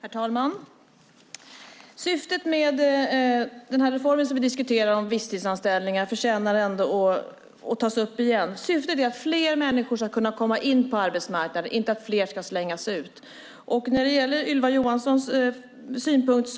Herr talman! Syftet med den reform om visstidsanställningar som vi diskuterar förtjänar att tas upp igen. Syftet är att fler människor ska kunna komma in på arbetsmarknaden - inte att fler ska slängas ut. Jag håller med Ylva Johansson i hennes synpunkt;